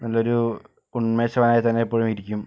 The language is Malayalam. നല്ലൊരു ഉന്മേഷവാനായി തന്നെ എപ്പോഴും ഇരിക്കും